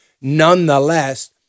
nonetheless